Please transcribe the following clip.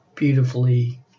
beautifully